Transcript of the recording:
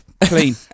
Clean